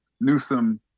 Newsom